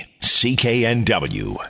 CKNW